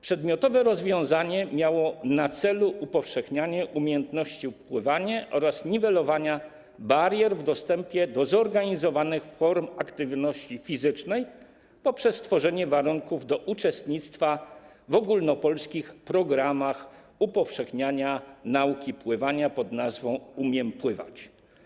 Przedmiotowe rozwiązanie miało na celu upowszechnianie umiejętności pływania oraz niwelowanie barier w dostępie do zorganizowanych form aktywności fizycznej poprzez stworzenie warunków do uczestnictwa w ogólnopolskich programach upowszechniania nauki pływania pod nazwą „Umiem pływać”